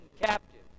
captive